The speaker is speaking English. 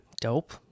Dope